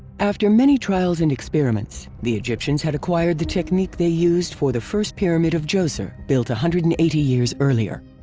after many trials and experiments, the egyptians had acquired the technique they used for the first pyramid of djoser built one hundred and eighty years earlier.